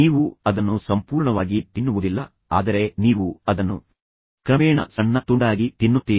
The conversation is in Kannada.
ನೀವು ಅದನ್ನು ಸಂಪೂರ್ಣವಾಗಿ ತಿನ್ನುವುದಿಲ್ಲ ಆದರೆ ನೀವು ಅದನ್ನು ಕ್ರಮೇಣ ಸಣ್ಣ ತುಂಡಾಗಿ ತಿನ್ನುತ್ತೀರಿ